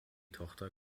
tochter